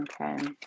okay